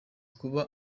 kuba